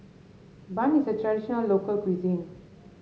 bun is a traditional local cuisine